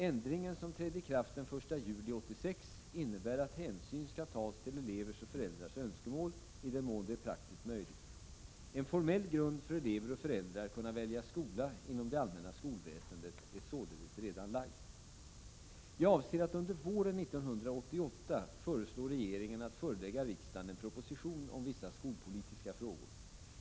Ändringen, som trädde i kraft den 1 juli 1986, innebär att hänsyn skall tas till elevers och föräldrars önskemål, i den mån det är praktiskt möjligt. En formell grund för elever och föräldrar att kunna välja skola inom det allmänna skolväsendet är således redan lagd. Jag avser att under våren 1988 föreslå regeringen att förelägga riksdagen en proposition om vissa skolpolitiska frågor.